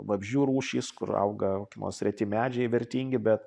vabzdžių rūšys kur auga kokie nors reti medžiai vertingi bet